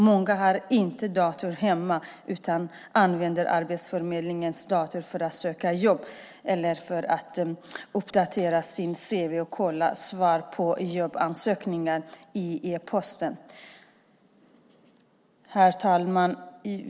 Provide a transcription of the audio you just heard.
Många har inte dator hemma utan använder Arbetsförmedlingens datorer för att söka jobb, uppdatera sin cv och kolla e-posten för att se om de fått svar på jobbansökningar. Herr talman!